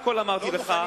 אותו.